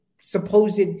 supposed